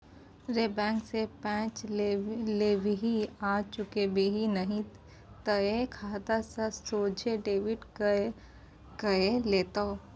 रे बैंक सँ पैंच लेबिही आ चुकेबिही नहि तए खाता सँ सोझे डेबिट कए लेतौ